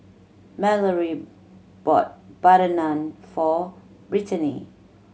Malorie bought butter naan for Brittaney